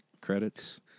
credits